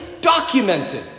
Documented